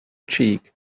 cheek